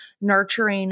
nurturing